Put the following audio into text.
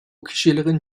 kişilerin